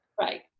Right